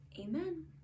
Amen